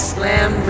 Slam